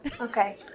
okay